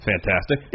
Fantastic